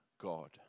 God